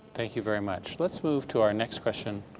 thank you very much. let's move to our next question,